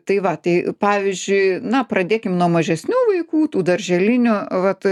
tai va tai pavyzdžiui na pradėkim nuo mažesnių vaikų tų darželinių vat